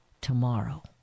tomorrow